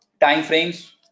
timeframes